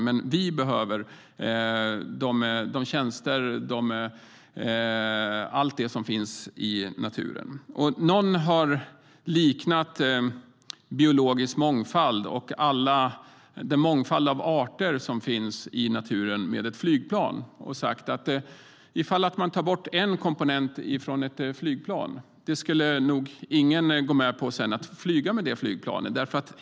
Men vi behöver allt som finns i naturen. Någon har liknat biologisk mångfald och den mångfald av arter som finns i naturen vid ett flygplan. Ifall man tar bort en komponent ifrån ett flygplan skulle nog ingen gå med på att sedan flyga med det flygplanet.